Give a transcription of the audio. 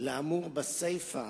לאמור בסיפא